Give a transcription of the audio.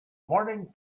morning